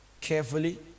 carefully